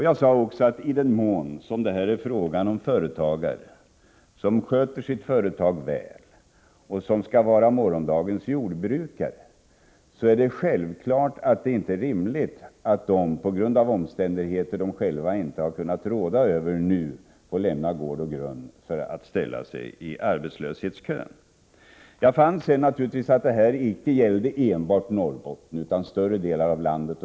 Jag sade också, att i den mån det är fråga om företagare som sköter sitt företag väl och som skall vara morgondagens jordbrukare, är det självfallet inte rimligt att de på grund av omständigheter de själva inte har kunnat råda över skall få lämna gård och grund och ställa sig i arbetslöshetskön. Jag fann sedan att detta icke gällde enbart Norrbotten utan större delar av landet.